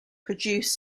produced